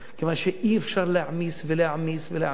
כיוון שאי-אפשר להעמיס ולהעמיס ולהעמיס,